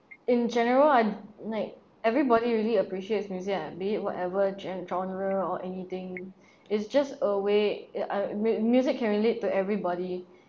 in general I like everybody really appreciates musics and be it whatever gen~ genre or anything it's just a way uh I mu~ music can relate to everybody